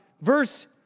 verse